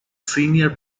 senior